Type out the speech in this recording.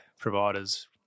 providers